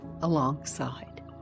alongside